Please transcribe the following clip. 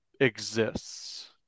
exists